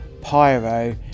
pyro